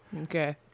Okay